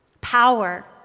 Power